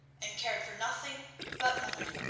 and cared for nothing but money.